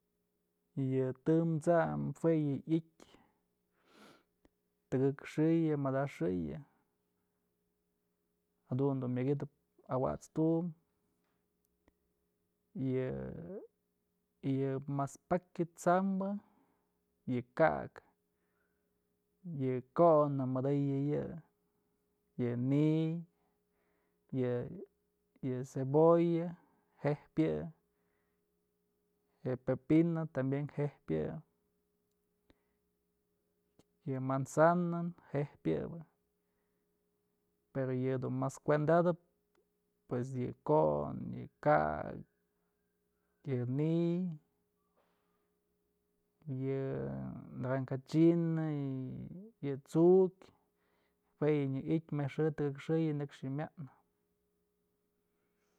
Yë tëm t'sam juë yë ityë tëkëk xëyë madax xëyë jadun dun myak idëp awat's tum yë, y yë mas pakyë t'sambë yë ka'ak, yë kon na mëdëyë yë, yë ni'iy yë yë cebolla je'ejpë yë je'e pepino tambien je'ejpë yë, yë mazana je'ejpë yëbë pero yëdun mas kuenda'atëp pues yë kon, yë ka'ak, yë ni'iy, yë naranja china, yë t'sukyë jue yë nyë ityë mët's xë tëkëk xëyë nëkx yë mya'anë.